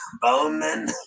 Bowman